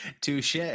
Touche